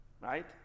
Right